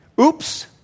oops